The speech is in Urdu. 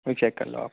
یہ چیک کر لو آپ